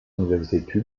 universität